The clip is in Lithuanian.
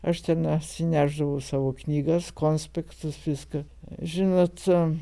aš ten atsinešdavau savo knygas konspektus viską žinot aa